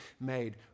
made